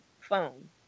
phone